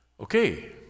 Okay